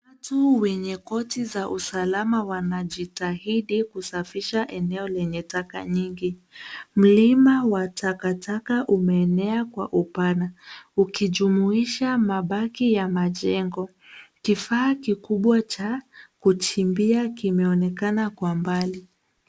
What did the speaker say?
Watu wenye koti za usalama wanajitahidi kusafisha eneo lenye taka nyingi, mlima wa takataka umenea kwa upana, ukijumuisha mabaki ya majengo, kifaa kubwa cha kuchimbia kimeonekana kwa mbali.